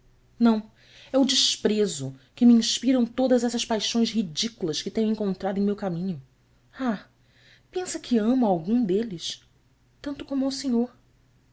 não é o desprezo que me inspiram todas estas paixões ridículas que tenho encontrado em meu caminho ah pensa que amo a algum deles tanto como ao senhor